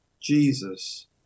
Jesus